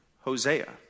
Hosea